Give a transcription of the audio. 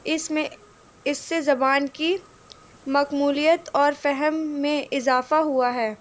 اس میں اس سے زبان کی مقبولیت اور فہم میں اضافہ ہوا ہے